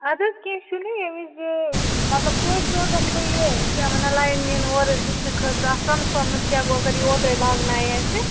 اَدٕ کیٚنٛہہ چھُنہٕ ییٚمہِ وِزِ مطلب توتہِ سوزہو نہٕ بہٕ یہِ کیٛاہ وَنان لاین مین اور وُچھنہٕ خٲطرٕ اَتھ ٹرٛانَسفارمَس کیٛاہ گوٚو اگر یہِ اوترٕے لاگنایہِ اَسہِ